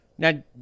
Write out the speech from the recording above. Now